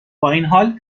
بااینحال